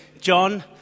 John